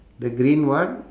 the green what